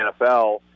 NFL